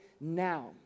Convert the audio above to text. now